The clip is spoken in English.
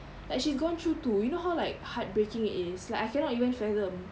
like she's gone through two you know how like heartbreaking it is like I cannot even fathom